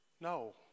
No